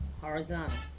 horizontal